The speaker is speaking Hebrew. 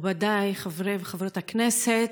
מכובדיי חברי וחברות הכנסת,